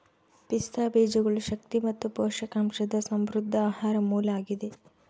ಪಿಸ್ತಾ ಬೀಜಗಳು ಶಕ್ತಿ ಮತ್ತು ಪೋಷಕಾಂಶದ ಸಮೃದ್ಧ ಆಹಾರ ಮೂಲ ಆಗಿದೆ